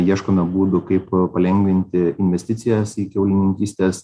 ieškome būdų kaip palengvinti investicijas į kiaulininkystės